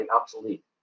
obsolete